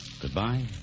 Goodbye